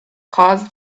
caused